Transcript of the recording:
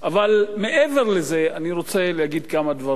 אבל מעבר לזה אני רוצה להגיד כמה דברים,